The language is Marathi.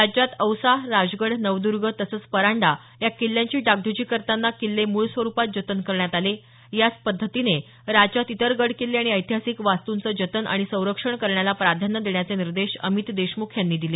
राज्यात औसा राजगड नवदुर्ग तसंच परांडा या किल्ल्यांची डागडुजी करताना किल्ले मूळ स्वरुपात जतन करण्यात आले याच पध्दतीने राज्यात इतर गड किल्ले आणि ऐतिहासिक वास्तूंचे जतन आणि संरक्षण करण्याला प्राधान्य देण्याचे निर्देश अमित देशमुख यांनी दिले